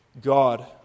God